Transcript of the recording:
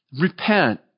Repent